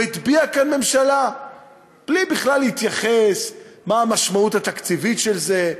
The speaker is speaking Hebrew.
הוא הטביע כאן ממשלה בלי להתייחס בכלל למשמעות התקציבית של זה.